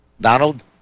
Donald